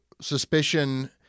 suspicion